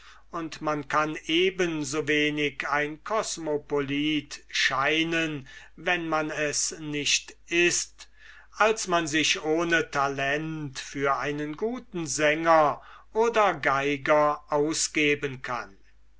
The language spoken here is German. und man kann eben so wenig ein kosmopolit scheinen wenn man es nicht ist als man sich ohne talent für einen guten sänger oder geiger ausgeben kann